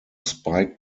spike